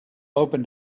opened